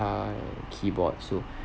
keyboard so